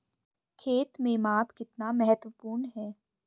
खेत में माप कितना महत्वपूर्ण है?